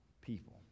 people